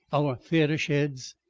our theater sheds,